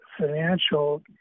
financial